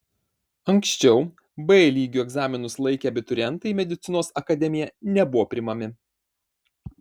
anksčiau b lygiu egzaminus laikę abiturientai į medicinos akademiją nebuvo priimami